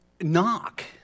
Knock